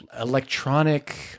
electronic